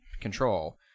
control